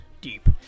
deep